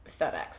FedEx